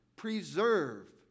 Preserve